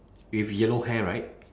with yellow hair right